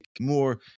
more